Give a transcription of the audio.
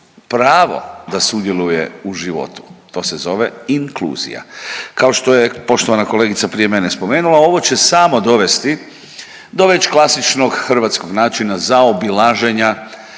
pravo da sudjeluje u životu, to se zove inkluzija. Kao što je poštovana kolegica prije mene spomenula, ovo će samo dovesti do već klasičnog hrvatskog načina zaobilaženja